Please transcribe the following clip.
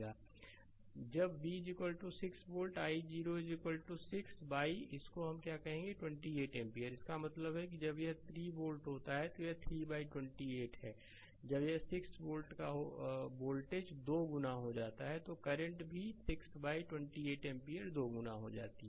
slide समय देखें 0756 जब v 6 वोल्ट i0 6 बाइइसको हम क्या कहेंगे 28 एम्पीयर इसका मतलब है कि जब यह 3 वोल्ट है तो यह 3 बाइ 28 है जब यह 6 वोल्ट का वोल्टेज दोगुना हो जाता है तो करंट में भी 6 बाइ28 एम्पीयर दोगुना हो जाता है